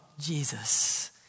Jesus